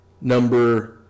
number